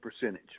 percentage